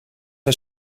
hij